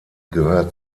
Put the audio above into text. gehört